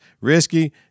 Risky